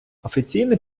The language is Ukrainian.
офіційне